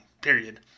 period